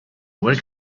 work